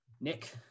Nick